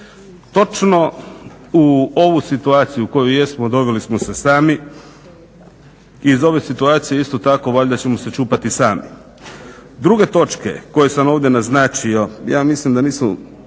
Točno u ovu situaciju u kojoj jesmo doveli smo se sami. Iz ove situacije isto tako valjda ćemo će čupati sami. Druge točke koje sam ovdje naznačio ja mislim da nisu